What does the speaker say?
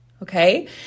Okay